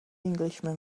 englishman